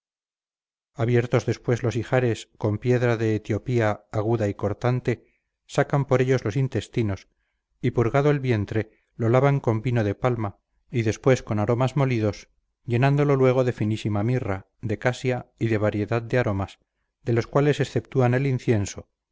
abiertos después los ijares con piedra de etiopía aguda y cortante sacan por ellos los intestinos y purgado el vientre lo lavan con vino de palma y después con aromas molidos llenándolo luego de finísima mirra de casia y de variedad de aromas de los cuales exceptúan el incienso